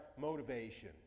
motivation